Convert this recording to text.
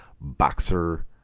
boxer